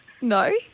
No